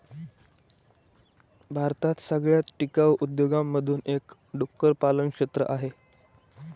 भारतात सगळ्यात टिकाऊ उद्योगांमधून एक डुक्कर पालन क्षेत्र आहे